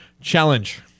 challenge